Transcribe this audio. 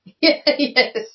Yes